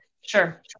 Sure